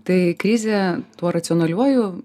tai krizė tuo racionaliuoju